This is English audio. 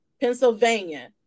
Pennsylvania